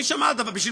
מי שמע על דבר כזה?